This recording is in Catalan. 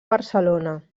barcelona